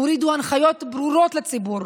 הורידו הנחיות ברורות לציבור,